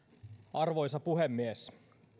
arvoisa puhemies